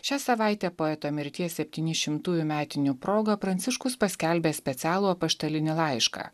šią savaitę poeto mirties septynišimtųjų metinių proga pranciškus paskelbė specialų apaštalinį laišką